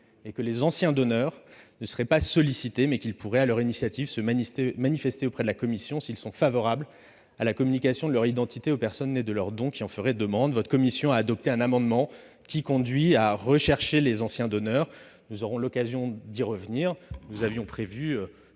que les anciens donneurs ne seraient pas sollicités, mais qu'ils pourraient, sur leur initiative, se manifester auprès de la commission s'ils étaient favorables à la communication de leur identité aux personnes nées de leurs dons qui en feraient demande. Votre commission spéciale a adopté un amendement ayant pour objet de prévoir que l'on recherche les anciens donneurs. Nous aurons l'occasion d'y revenir ; nous avions prévu